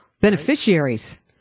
beneficiaries